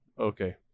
Okay